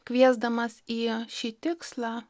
kviesdamas į šį tikslą